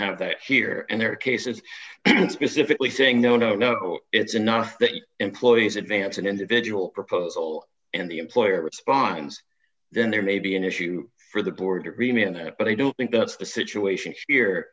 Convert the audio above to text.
have that here and there are cases specifically saying no no no it's not that employees advance an individual proposal and the employer responds then there may be an issue for the board or premium there but i don't think that's the situation